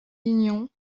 lignon